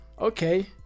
okay